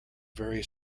very